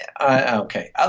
okay